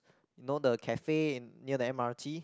you know the cafe near the M_R_T